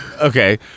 Okay